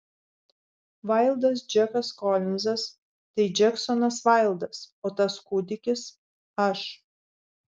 vaildas džekas kolinzas tai džeksonas vaildas o tas kūdikis aš